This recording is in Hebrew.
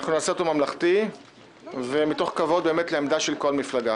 אנחנו נעשה אותו ממלכתי ומתוך כבוד באמת לעמדה של כל מפלגה.